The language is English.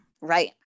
right